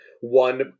one